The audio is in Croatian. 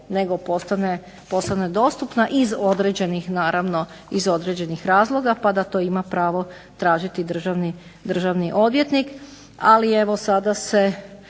nego postane dostupna iz određenih naravno razloga pa da to ima pravo tražiti državni odvjetnik.